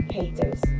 Haters